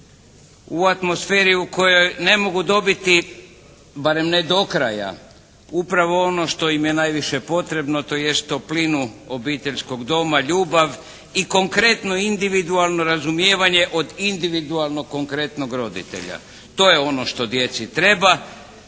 u atmosferi u kojoj ne mogu dobiti barem ne do kraja upravo ono što im je najviše potrebno tj. toplinu obiteljskog doma, ljubav i konkretno individualno razumijevanje od individualnog konkretnog roditelja. To je ono što djeci treba.